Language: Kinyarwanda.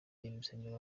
rwiyemezamirimo